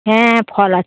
হ্যাঁ ফল আছে